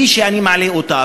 שאני מעלה אותה,